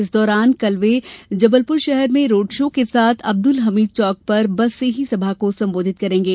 इस दौरान कल वे जबलपुर शहर में रोड शो के साथ अब्दुल हमीद चौक पर बस से ही सभा को संबोधित करेंगे